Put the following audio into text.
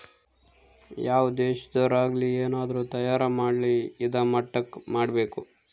ಯಾವ್ ದೇಶದೊರ್ ಆಗಲಿ ಏನಾದ್ರೂ ತಯಾರ ಮಾಡ್ಲಿ ಇದಾ ಮಟ್ಟಕ್ ಮಾಡ್ಬೇಕು